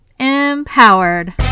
Empowered